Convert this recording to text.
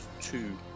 two